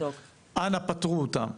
אנא פטרו אותם,